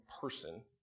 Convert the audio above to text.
person